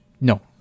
no